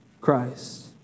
Christ